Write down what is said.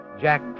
Jack